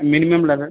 minimum level